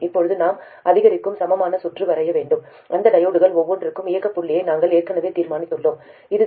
இப்போது நாம் அதிகரிக்கும் சமமான சுற்று வரைய வேண்டும் இந்த டையோட்கள் ஒவ்வொன்றும் இயக்க புள்ளியை நாங்கள் ஏற்கனவே தீர்மானித்துள்ளோம் இது 0